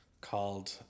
called